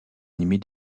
animer